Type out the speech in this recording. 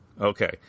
Okay